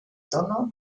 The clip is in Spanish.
tono